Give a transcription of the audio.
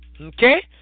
Okay